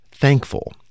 thankful